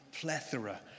plethora